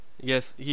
Yes